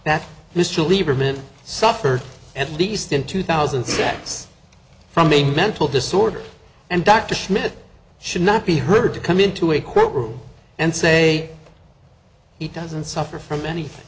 that mr lieberman suffered at least in two thousand and six from a mental disorder and dr schmidt should not be heard to come into a court room and say he doesn't suffer from anything